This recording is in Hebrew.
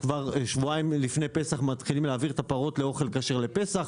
שבועיים לפני פסח מתחילים להעביר את הפרות לאוכל כשר לפסח,